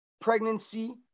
pregnancy